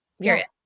Period